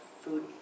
food